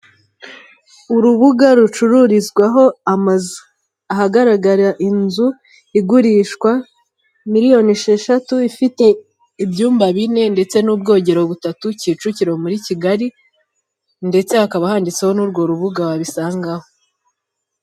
Urubuga rucururizwaho amazu ahagaragara inzu igurishwa miliyoni esheshatu ifite ibyuma bine n'ubwogero butatu kicukiro muri kigali ndetse hakaba handitseho n'urwo rubuga wabisangaho.